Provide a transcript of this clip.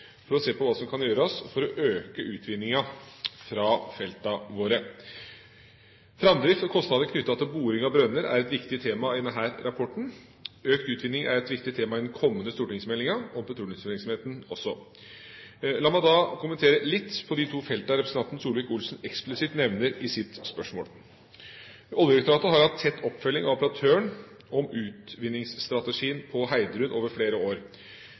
for å se på hva som kan gjøres for å øke utvinningen fra feltene våre. Framdrift og kostnader knyttet til boring av brønner er et viktig tema i denne rapporten. Økt utvinning er også et viktig tema i den kommende stortingsmeldingen om petroleumsvirksomheten. La meg så kommentere litt de to feltene som representanten Solvik-Olsen eksplisitt nevner i sitt spørsmål. Oljedirektoratet har hatt tett oppfølging av operatøren om utvinningsstrategien på Heidrun over flere år.